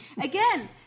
Again